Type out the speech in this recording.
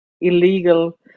illegal